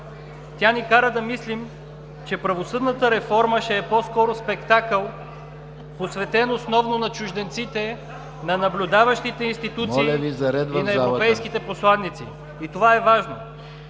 Тя ни кара да мислим, че правосъдната реформа ще е по-скоро спектакъл (шум и реплики), посветен основно на чужденците, на наблюдаващите институции и на европейските посланици. (Реплики на